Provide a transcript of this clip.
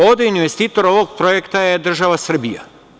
Ovde investitor ovog projekta je država Srbija.